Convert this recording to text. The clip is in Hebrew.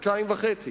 חודשיים וחצי.